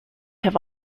have